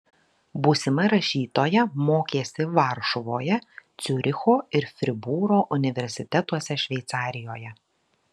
būsima rašytoja mokėsi varšuvoje ciuricho ir fribūro universitetuose šveicarijoje